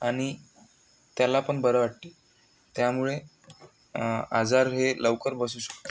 आणि त्याला पण बरं वाटते त्यामुळे आजार हे लवकर बसू शकतात